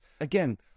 Again